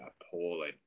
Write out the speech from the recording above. appalling